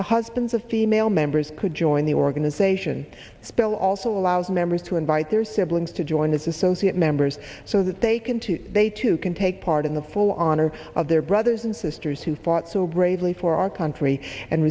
the husbands of female members could join the organization spell also allows members to invite their siblings to join this associate members so that they can too they too can take part in the full honor of their brothers and sisters who fought so bravely for our country and